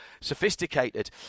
sophisticated